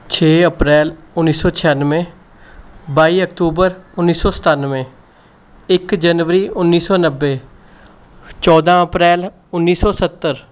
ਛੇ ਅਪ੍ਰੈਲ ਉੱਨੀ ਸੌ ਛਿਆਨਵੇਂ ਬਾਈ ਅਕਤੂਬਰ ਉੱਨੀ ਸੌ ਸਤਾਨਵੇਂ ਇੱਕ ਜਨਵਰੀ ਉੱਨੀ ਸੌ ਨੱਬੇ ਚੌਦ੍ਹਾਂ ਅਪ੍ਰੈਲ ਉੱਨੀ ਸੌ ਸੱਤਰ